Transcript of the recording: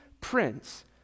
prince